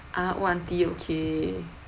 ah old auntie okay